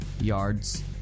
yards